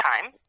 time